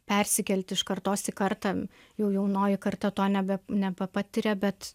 persikelti iš kartos į kartą jau jaunoji karta to nebe nepatiria bet